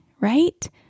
right